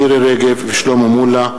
מירי רגב ושלמה מולה.